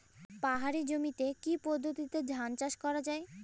পাহাড়ী জমিতে কি পদ্ধতিতে ধান চাষ করা যায়?